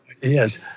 Yes